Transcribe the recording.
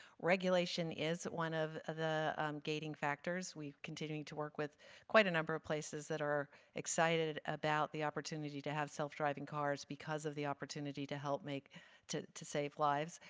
regulation is one of the gating factors. we are continuing to work with quite a number of places that are excited about the opportunity to have self-driving cars because of the opportunity to help make to to save lives.